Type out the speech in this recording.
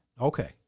Okay